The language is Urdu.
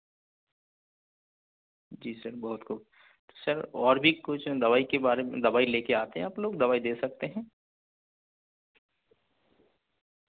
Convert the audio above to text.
جی سر بہت کو سر اور بھی کچھ دوائی کے بارے میں دوائی لے کے آتے ہیں آپ لوگ دوائی دے سکتے ہیں